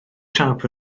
siâp